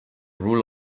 rule